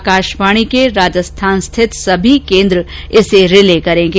आकाशवाणी के राजस्थान स्थित सभी केन्द्र इसे रिले करेंगे